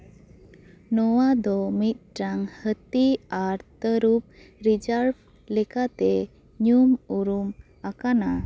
ᱱᱚᱣᱟ ᱫᱚ ᱢᱤᱫᱴᱟᱝ ᱦᱟᱹᱛᱤ ᱟᱨ ᱛᱟᱹᱨᱩᱵᱽ ᱨᱤᱡᱟᱨᱵᱽ ᱞᱮᱠᱟᱛᱮ ᱧᱩᱢ ᱩᱨᱩᱢ ᱟᱠᱟᱱᱟ